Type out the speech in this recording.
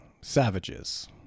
savages